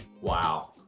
Wow